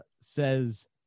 says